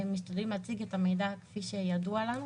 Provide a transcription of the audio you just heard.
משתדלים להציג את המידע כפי שידוע לנו,